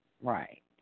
right